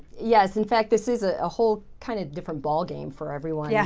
yes. in fact, this is ah a whole kind of different ball game for everyone. yeah